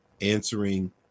answering